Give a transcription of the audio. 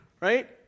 right